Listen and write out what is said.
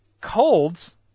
colds